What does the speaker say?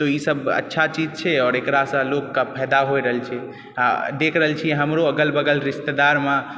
तऽ इसब अच्छा चीज छै आओर एकरा सॅं लोक के फ़ायदा होइ रहल छै आ देख रहल छी हमरो अग़ल बगल रिश्तेदार मे बहुत